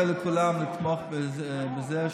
לכולם לתמוך בזה,